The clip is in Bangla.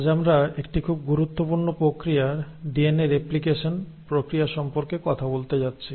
আজ আমরা একটি খুব গুরুত্বপূর্ণ প্রক্রিয়া ডিএনএ রেপ্লিকেশন প্রক্রিয়া সম্পর্কে কথা বলতে যাচ্ছি